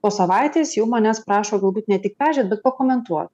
po savaitės jau manęs prašo galbūt ne tik peržiūrėt bet pakomentuot